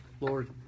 Lord